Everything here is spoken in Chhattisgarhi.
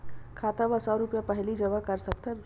खाता मा सौ रुपिया पहिली जमा कर सकथन?